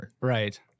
Right